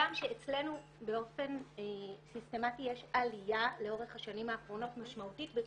אצלנו באופן סיסטמתי יש עלייה משמעותית לאורך